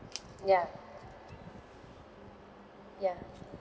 ya ya